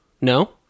No